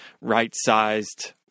right-sized